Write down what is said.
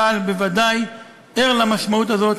צה"ל בוודאי ער למשמעות הזאת,